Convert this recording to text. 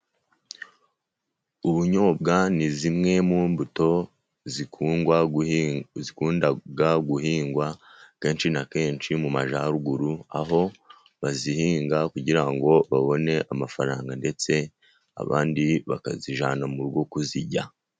Ubunyobwa ni zimwe mu mbuto zikunda guhingwa kenshi na kenshi mu majyaruguru, aho bazihinga kugira ngo babone amafaranga, ndetse abandi bakazijyana mu rugo kuzirya.